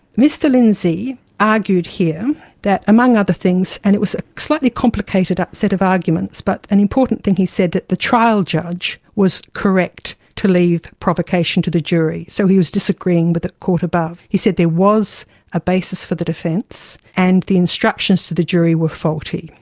mr lindsay argued here that, among other things, and it was a slightly complicated set of arguments, but an important thing he said, that the trial judge was correct to leave provocation to the jury. so he was disagreeing with the court above. he said there was a basis for the defence, and the instructions to the jury were faulty.